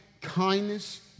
kindness